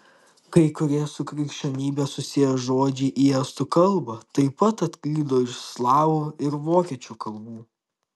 kai kurie su krikščionybe susiję žodžiai į estų kalbą taip pat atklydo iš slavų ir vokiečių kalbų